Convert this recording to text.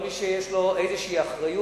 כל מי שיש לו איזו אחריות,